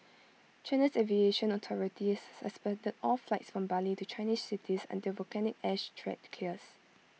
China's aviation authority has suspended all flights from Bali to Chinese cities until volcanic ash threat clears